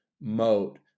moat